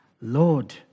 Lord